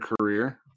career